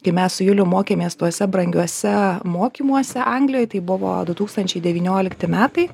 kai mes su julium mokėmės tuose brangiuose mokymuose anglijoj tai buvo du tūkstančiai devyniolikti metai